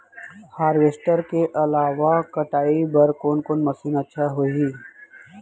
Harvester के अलावा कटाई बर कोन मशीन अच्छा होही?